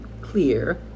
clear